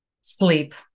Sleep